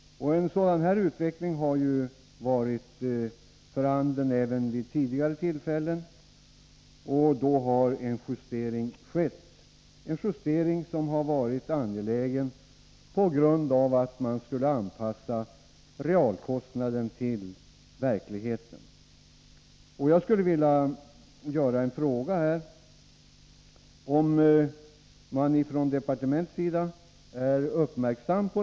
En sådan utveckling har varit för handen även tidigare, och då har en justering skett. Justeringen har varit angelägen, eftersom man därigenom har anpassat kostnaderna efter den reella utvecklingen.